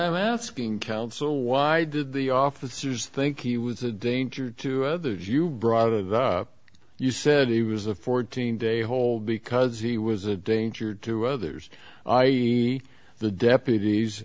i'm asking counsel why did the officers think he was a danger to others you brought up you said he was a fourteen day hold because he was a danger to others i e the deputies